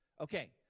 Okay